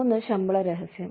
ഒന്ന് ശമ്പള രഹസ്യം